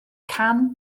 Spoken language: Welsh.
can